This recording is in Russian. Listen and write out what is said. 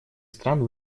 стран